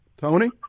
Tony